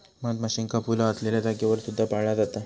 मधमाशींका फुला असलेल्या जागेवर सुद्धा पाळला जाता